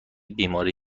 بیماری